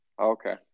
Okay